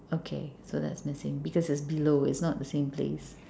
okay so that's missing because it's below it's not the same place